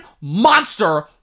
monster